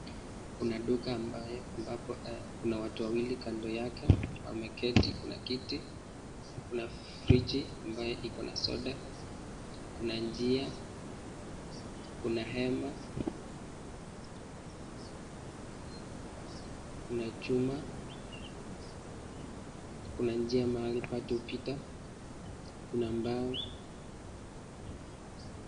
Kuna duka ambayo ambapo Kuna watu wawili kando yake wameketi Kuna kiti, kuna friji ambayo iko na soda, kuna njia, kuna hema, Kuna chuma, Kuna njia mahali watu hupita ,Kuna mbao